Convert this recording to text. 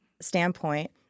standpoint